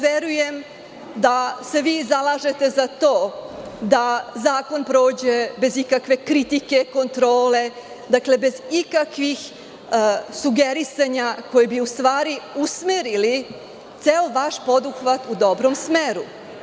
Verujem da se vi zalažete za to da zakon prođe bez ikakve kritike, kontrole, bez ikakvih sugerisanja koja bi u stvari usmerili ceo vaš poduhvat u dobom smeru.